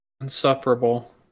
insufferable